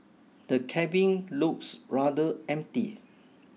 the cabin looks rather empty